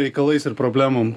reikalais ir problemom